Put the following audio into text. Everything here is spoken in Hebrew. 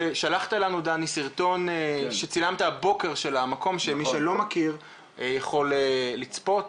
שלחת לנו דני סרטון שצילמת הבוקר של המקום שמי שלא מכיר יכול לצפות.